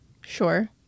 Sure